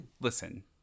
listen